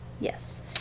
Yes